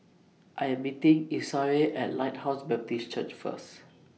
I Am meeting Esau At Lighthouse Baptist Church First